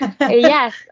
yes